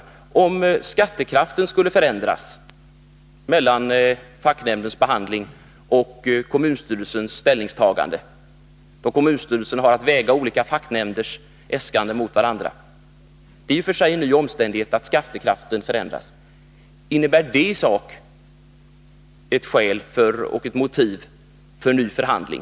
Om den i och för sig nya omständigheten skulle tillkomma att skattekraften förändras mellan facknämndens behandling och det tillfälle då kommunstyrelsen har att väga olika facknämnders äskanden mot varandra, skulle detta vara ett motiv för ny förhandling?